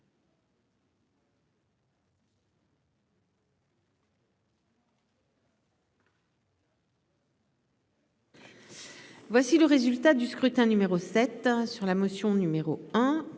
Voici le résultat du scrutin numéro 7 sur la motion numéro